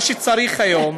מה שצריך היום